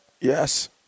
Yes